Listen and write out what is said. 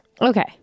okay